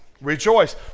Rejoice